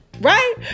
Right